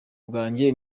bwanjye